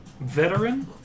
Veteran